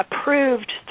approved